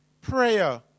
prayer